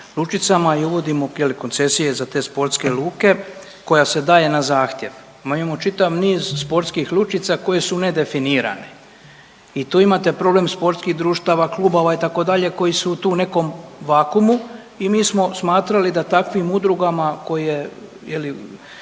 lučicama i uvodimo je li koncesije za te sportske luke koja se daje na zahtjev. Mi imamo čitav niz sportskih lučica koje su nedefinirane i tu imate problem sportskih društava, klubova itd. koji su tu u nekom vakuumu i mi smo smatrali da takvim udrugama koje